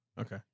Okay